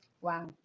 Wow